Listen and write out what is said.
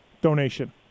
donation